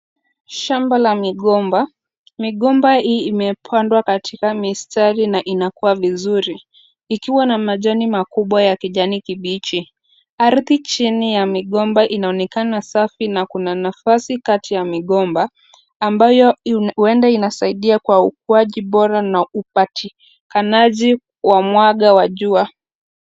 Shamba la migomba. Migomba hii imepandwa katika mistari na inakua vizuri, ikiwa na majani makubwa ya kijani kibichi. Ardhi chini ya migomba inaonekana safi na kuna nafasi kati ya migomba ambayo huenda inasaidia kwa ukuaji bora na upatikanaji wa mwanga wa jua.